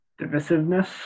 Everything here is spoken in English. divisiveness